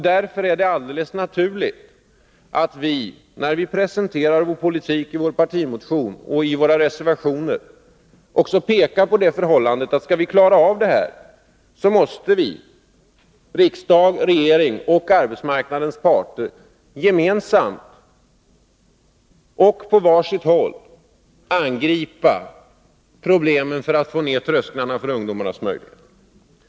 Därför är det alldeles naturligt att vi i vår partimotion och i våra reservationer också pekar på att skall vi klara av problemen måste riksdag, regering och arbetsmarknadens parter gemensamt och på var sitt håll agera för att få ned trösklarna för ungdomarnas möjligheter att ta sig in på arbetsmarknaden.